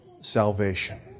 salvation